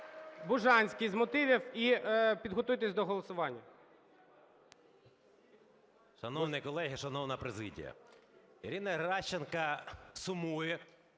Бужанський – з мотивів. І підготуйтесь до голосування.